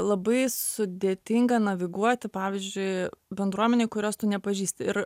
labai sudėtinga naviguoti pavyzdžiui bendruomenėj kurios tu nepažįsti ir